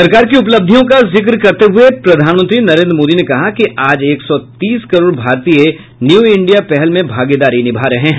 सरकार की उपलब्धियों का जिक्र करते हुए प्रधानमंत्री नरेंद्र मोदी ने कहा कि आज एक सौ तीस करोड़ भारतीय न्यू इंडिया पहल में भागीदारी निभा रहे हैं